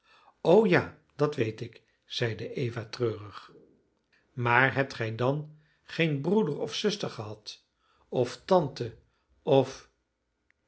o ja dat weet ik zeide eva treurig maar hebt gij dan geen broeder of zuster gehad of tante of